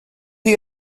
chi